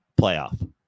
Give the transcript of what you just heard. playoff